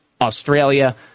Australia